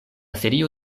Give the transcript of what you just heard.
serio